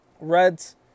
Reds